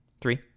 Three